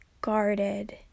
guarded